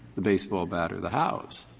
the baseball bat or the house,